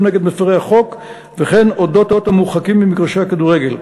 נגד מפרי החוק וכן על אודות המורחקים ממגרשי הכדורגל.